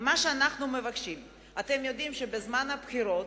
מה שאנחנו מבקשים, אתם יודעים שבמהלך הבחירות,